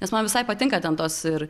nes man visai patinka ten tos ir